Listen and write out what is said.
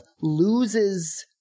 loses –